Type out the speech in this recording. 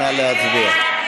נא להצביע.